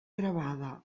gravada